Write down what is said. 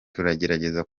tugerageza